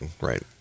Right